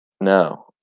no